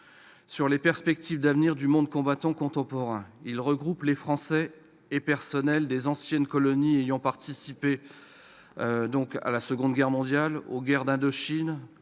sur les perspectives d'avenir du monde combattant contemporain. Celui-ci regroupe les Français et les personnels des anciennes colonies ayant participé à la Seconde Guerre mondiale, aux guerres d'Indochine